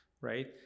right